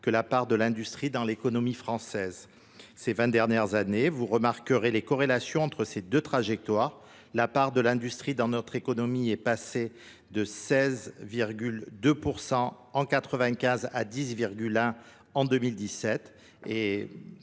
que la part de l'industrie dans l'économie française. Ces 20 dernières années, vous remarquerez les corrélations entre ces deux trajectoires. La part de l'industrie dans notre économie est passée de 16,2% en 1995 à 10,1% en 2017.